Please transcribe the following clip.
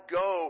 go